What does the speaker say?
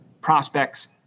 prospects